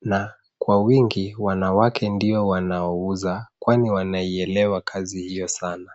na kwa wingi wanawake ndio wanaouza kwani wanaielewa kazi hiyo sana.